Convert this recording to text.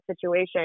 situation